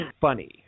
funny